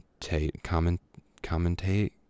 commentate